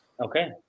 Okay